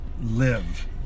live